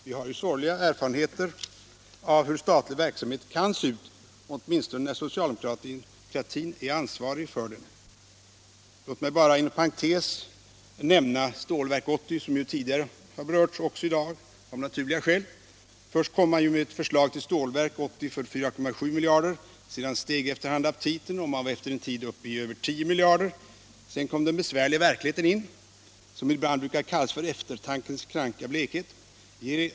Vi har ju sorgliga erfarenheter av hur statlig verksamhet kan se ut, åtminstone när socialdemokratin är ansvarig för den. Låt mig bara inom parentes nämna några ord om hur man skött Stålverk 80, som berörts tidigare i dag av naturliga skäl. Först kom man med ett förslag till Stålverk 80 för 4,7 miljarder. Sedan steg efter hand aptiten, och man var efter en tid uppe i över 10 miljarder kronor. Så kom den besvärliga verkligheten in, som ibland brukar kallas för eftertankens kranka blekhet.